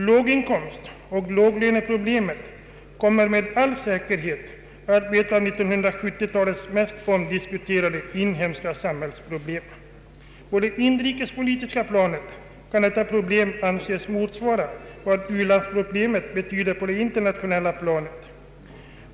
Låginkomstoch låglöneproblemet kommer med all säkerhet att bli ett av 1970-talets mest omdiskuterade inhemska samhällsproblem. På det inrikespolitiska planet kan detta problem anses motsvara vad u-landsproblemet betyder på det internationella planet.